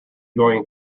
going